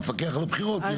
המפקח על הבחירות יוציא.